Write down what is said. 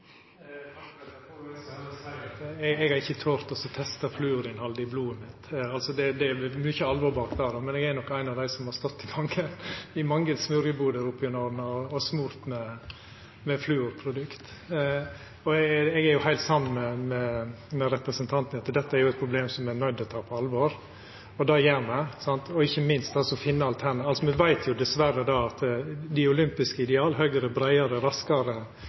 Eg får seia til SV at eg har ikkje tora å testa fluorinnhaldet i blodet mitt. Det er mykje alvor bak dette, men eg er nok ein av dei som har stått i mange smørjebuer opp gjennom tidene og smurt med fluorprodukt. Eg er heilt samd med representanten i at dette er eit problem me er nøydde til å ta på alvor – og det gjer me – og ikkje minst må me finna alternativ. Vi veit dessverre at dei olympiske ideala, raskare, høgare, sterkare osv., gjer at